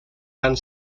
van